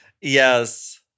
Yes